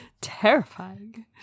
Terrifying